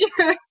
sure